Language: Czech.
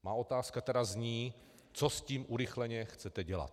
Má otázka tedy zní: co s tím urychleně chcete dělat?